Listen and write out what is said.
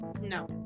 no